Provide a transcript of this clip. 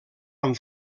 amb